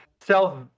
self